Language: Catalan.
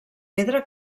pedra